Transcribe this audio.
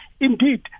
indeed